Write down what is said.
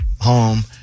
home